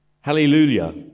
Hallelujah